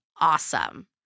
awesome